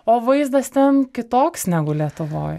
o vaizdas ten kitoks negu lietuvoj